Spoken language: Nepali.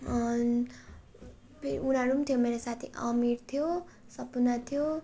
फेरि उनीहरू पनि थियो मेरो साथी थियो अमीर थियो सपना थियो